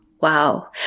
wow